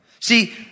See